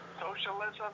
socialism